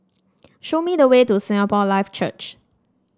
show me the way to Singapore Life Church